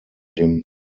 dem